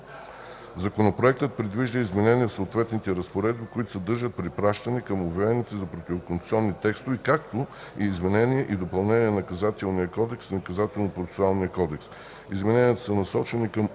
Законопроектът предвижда изменение в съответните разпоредби, които съдържат препращане към обявените за противоконституционни текстове, както и изменение и допълнение на Наказателния кодекс и Наказателно-процесуалния кодекс. Измененията са насочени към